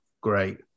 great